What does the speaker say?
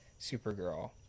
supergirl